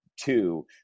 two